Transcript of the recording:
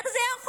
איך זה להיות?